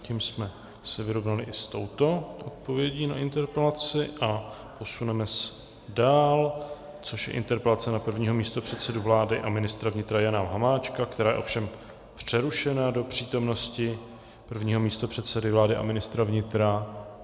Tím jsme se vyrovnali i s touto odpovědí na interpelaci a posuneme se dál, což je interpelace na prvního místopředsedu vlády a ministra vnitra Jana Hamáčka, která je ovšem přerušena do přítomnosti prvního místopředsedy vlády a ministra vnitra.